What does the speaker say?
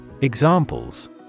Examples